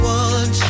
one